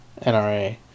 NRA